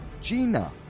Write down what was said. Gina